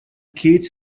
kids